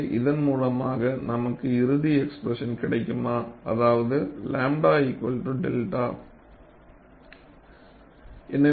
எனவே இதன் மூலமாக நமக்கு இறுதி எஸ்பிரேசன் கிடைக்குமா அதாவது 𝝺 𝚫